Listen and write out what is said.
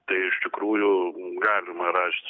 tai iš tikrųjų galima rast